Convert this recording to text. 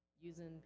using